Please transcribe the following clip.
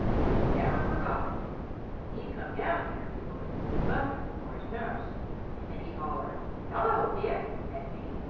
an' he never forgot it an' and he'd come down here, he would, with his mother or his nuss and he'd holler hello, dick at me,